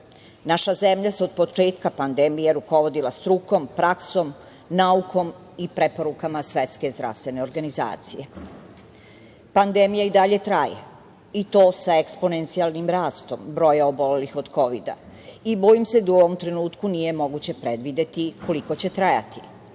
zemlja se od početka pandemije rukovodila strukom, praksom, naukom i preporukama Svetske zdravstvene organizacije. Pandemija i dalje traje, i to sa eksponencijalnim rastom broja obolelih od kovida i bojim se da u ovom trenutku nije moguće predvideti koliko će trajati.